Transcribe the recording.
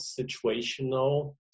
situational